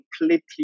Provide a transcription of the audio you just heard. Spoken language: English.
completely